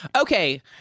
Okay